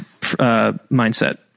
mindset